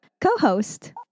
co-host